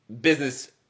business